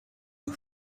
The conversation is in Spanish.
los